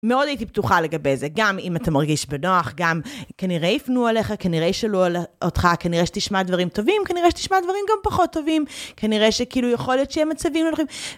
מאוד הייתי פתוחה לגבי זה, גם אם אתה מרגיש בנוח, גם כנראה יפנו אליך, כנראה ישאלו אותך, כנראה שתשמע דברים טובים, כנראה שתשמע דברים גם פחות טובים, כנראה שכאילו יכול להיות שיהיו מצבים הולכים.